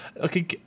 Okay